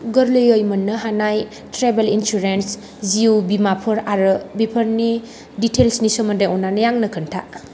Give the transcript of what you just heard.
गोरलैयै मोन्नो हानाय ट्रेभेल इन्सुरेन्स जिउ बीमाफोर आरो बेफोरनि दिटेल्सनि सोमोन्दै अन्नानै आंनो खोनथा